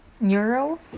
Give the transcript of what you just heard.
neuro